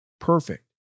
perfect